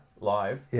live